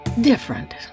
different